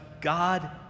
god